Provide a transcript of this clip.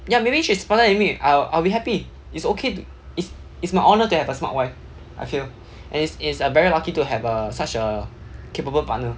ya maybe she's smarter than me I'll I'll be happy is okay to is is my honour to have a smart wife I feel and is is a very lucky to have a such a capable partner